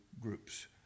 groups